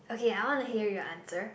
okay I want to hear your answer